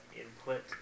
input